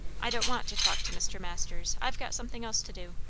i don't want to talk to mr. masters i've got something else to do.